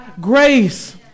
grace